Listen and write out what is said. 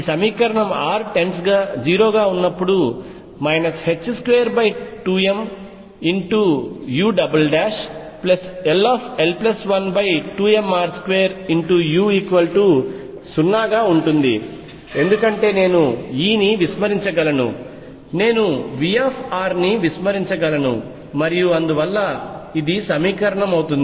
సమీకరణం r 0 గా ఉన్నప్పుడు 22mull12mr2u0 గా ఉంటుంది ఎందుకంటే నేను E ని విస్మరించగలను నేనుVr ని నివిస్మరించగలను మరియు అందువల్ల ఇది సమీకరణం అవుతుంది